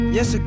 Yes